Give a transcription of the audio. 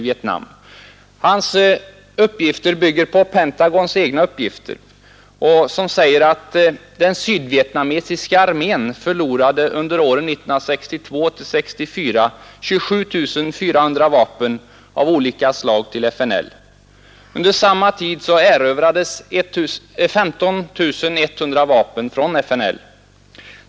Schlesingers uppgifter bygger på Pentagons egna uppgifter, som säger att den sydvietnamesiska armén under åren 1962-1964 förlorade 27 400 vapen av olika slag till FNL. Under samma tid erövrades 15 100 vapen från FNL.